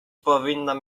powinnam